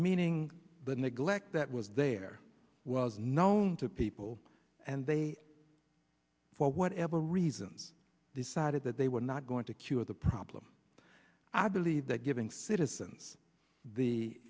meaning the neglect that was there was known to people and they for whatever reasons decided that they were not going to cure the problem i believe that giving citizens the